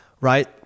right